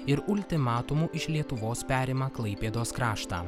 ir ultimatumu iš lietuvos perima klaipėdos kraštą